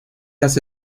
las